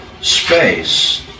space